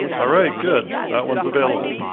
alright, good, that one's available.